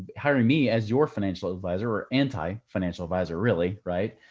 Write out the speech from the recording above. hiring me as your financial advisor or anti-financial advisor, really? right?